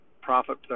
profit